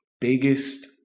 biggest